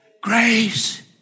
grace